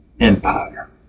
Empire